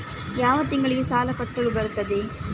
ಯಾವ ತಿಂಗಳಿಗೆ ಸಾಲ ಕಟ್ಟಲು ಬರುತ್ತದೆ?